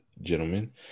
gentlemen